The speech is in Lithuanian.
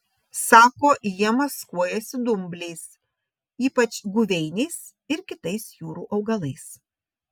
sako jie maskuojasi dumbliais ypač guveiniais ir kitais jūrų augalais